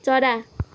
चरा